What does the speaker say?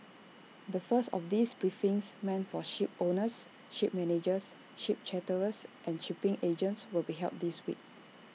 the first of these briefings meant for shipowners ship managers ship charterers and shipping agents will be held this week